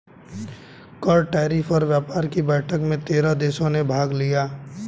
कर, टैरिफ और व्यापार कि बैठक में तेरह देशों ने भाग लिया